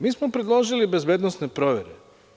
Mi smo predložili bezbednosne provere.